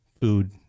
food